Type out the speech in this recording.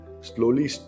slowly